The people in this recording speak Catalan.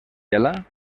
gela